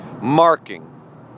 marking